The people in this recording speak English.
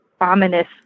ominous